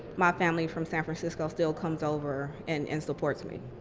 my family from san francisco still comes over and and supports me.